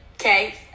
okay